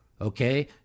okay